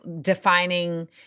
defining